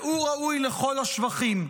והוא ראוי לכל השבחים.